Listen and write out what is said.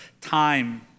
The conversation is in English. time